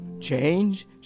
Change